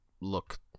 look